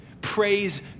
Praise